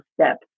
steps